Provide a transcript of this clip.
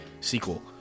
sequel